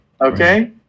okay